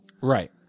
Right